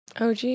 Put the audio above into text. og